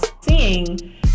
seeing